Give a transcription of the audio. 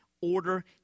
order